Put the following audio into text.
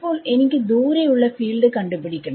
ഇപ്പോൾ എനിക്ക് ദൂരെ ഉള്ള ഫീൽഡ് കണ്ടുപിടിക്കണം